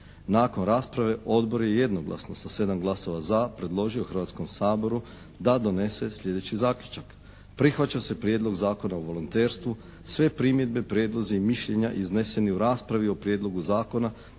Nakon rasprave odbor je jednoglasno sa 7 glasova za predložio Hrvatskom saboru da donese sljedeći zaključak: Prihvaća se Prijedlog zakona o volonterstvu. Sve primjedbe, prijedlozi i mišljenja izneseni u raspravi o prijedlogu zakona